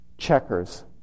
Checkers